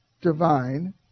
divine